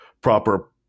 proper